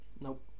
Nope